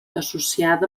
associada